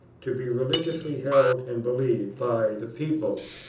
to be religiously held and believed by the people,